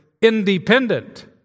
independent